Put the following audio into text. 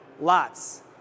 Lots